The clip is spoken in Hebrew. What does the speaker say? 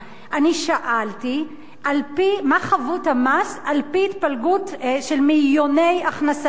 אני שאלתי מה חבות המס על-פי התפלגות של מאיוני הכנסה עסקית,